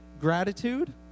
gratitude